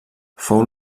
fou